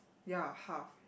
ya half